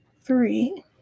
three